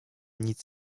nic